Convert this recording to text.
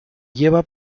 lleva